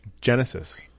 Genesis